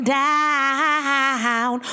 down